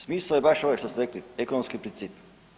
Smisao je baš ove što ste rekli, ekonomski principi.